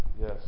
yes